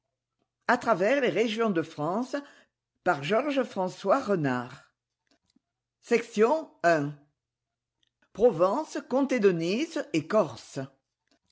laissent manger provence comté de nice et corse